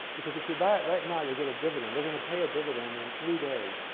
because if you buy it right now, you'll get a dividend. they're going to pay a dividend in three days.